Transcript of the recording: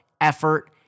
effort